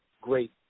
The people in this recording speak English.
great